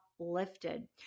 uplifted